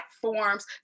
platforms